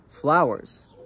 flowers